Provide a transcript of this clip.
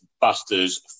Buster's